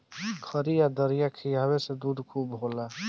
खरी आ दरिया खिआवे से दूध खूबे होला